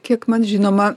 kiek man žinoma